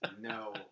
no